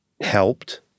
Helped